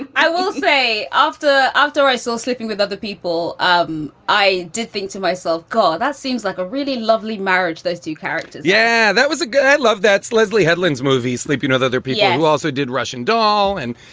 and i will say after after i sell sleeping with other people. um i did think to myself, call. that seems like a really lovely marriage. those two characters yeah. that was a guy i love. that's leslie headlands movie, sleeping with other people who also did russian doll. and,